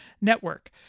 Network